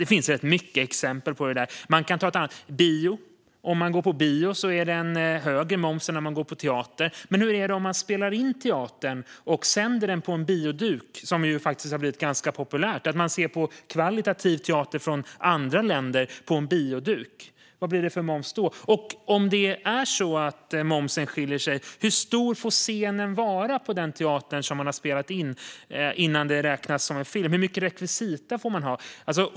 Det finns rätt många exempel på detta, och ett annat är bio. Om man går på bio är det högre moms än om man går på teater. Men hur är det om man spelar in teater och sänder det på en bioduk? Det har ju blivit ganska populärt att se på högkvalitativ teater från andra länder på en bioduk. Vad blir det för moms då? Och om momsen skiljer sig - hur stor får då scenen vara på den teater där man har spelat in innan det räknas som en film? Hur mycket rekvisita får man ha?